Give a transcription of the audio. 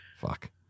Fuck